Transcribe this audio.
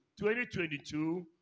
2022